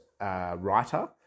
writer